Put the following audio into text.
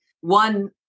One